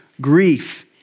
grief